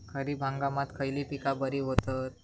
खरीप हंगामात खयली पीका बरी होतत?